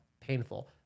painful